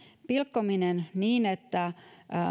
pilkkominen niin että